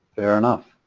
there enough